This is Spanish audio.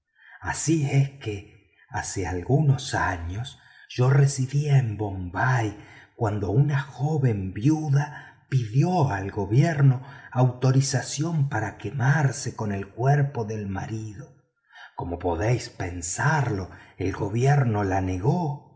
así es que hace algunos años yo residía en bombay cuando una joven viuda pidió al gobierno autorizacion para quemarse con el cuerpo del marido como podéis pensarlo el gobierno la negó